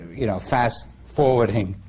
you know, fast forwarding